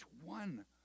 one